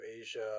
Asia